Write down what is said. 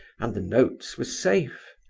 and the notes were safe.